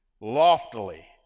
Loftily